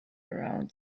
around